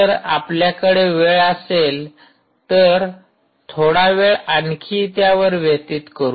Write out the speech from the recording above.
जर आपल्याकडे वेळ असेल तर थोडा वेळ आणखी त्यावर व्यतीत करू